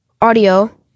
audio